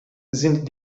sind